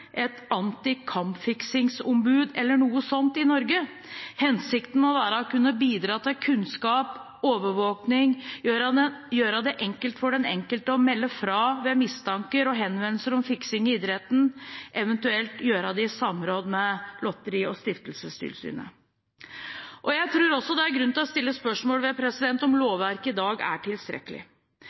et antikampfiksingsombud eller noe sånt, i Norge? Hensikten må være å kunne bidra til kunnskap, overvåking, gjøre det enkelt for den enkelte å melde fra ved mistanker og henvendelser om fiksing i idretten, eventuelt i samråd med Lotteri- og stiftelsestilsynet. Jeg tror også det er grunn til å stille spørsmål ved om lovverket i dag er tilstrekkelig.